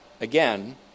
again